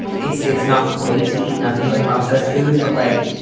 it's it's not great to eat nothing but processed foods. but like,